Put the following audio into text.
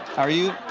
are you